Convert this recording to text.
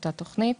אותה תוכנית.